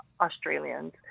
Australians